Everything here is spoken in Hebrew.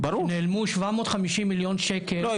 נעלמו 750 מיליון שקל --- לא,